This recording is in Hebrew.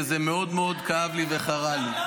וזה מאוד מאוד כאב לי וחרה לי.